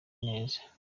neza